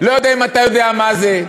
לא יודע אם אתה יודע מה זה,